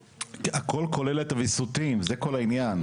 הכל כולל את הויסותים, זה כל העניין.